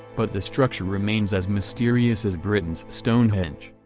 but the structure remains as mysterious as britain's stonehenge.